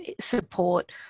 support